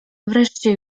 wreszcie